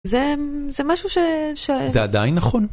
זה משהו ש... זה עדיין נכון.